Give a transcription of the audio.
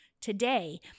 Today